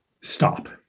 stop